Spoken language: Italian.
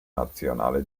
nazionale